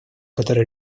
который